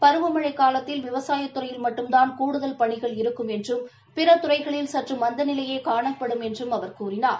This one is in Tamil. பருவமழைக் காலத்தில் விவசாய துறையில் மட்டும்தான் கூடுதல் பணிகள் இருக்கும் என்றும் பிற துறைகளில் சற்று மந்த நிலையே காணப்படும் என்றும் அவர் கூறினார்